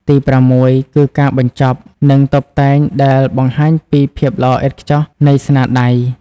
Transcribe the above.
ទីប្រាំមួយគឺ ការបញ្ចប់ និងតុបតែងដែលបង្ហាញពី ភាពល្អឥតខ្ចោះនៃស្នាដៃ។